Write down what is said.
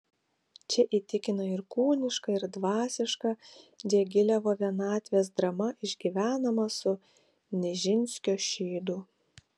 čia įtikina ir kūniška ir dvasiška diagilevo vienatvės drama išgyvenama su nižinskio šydu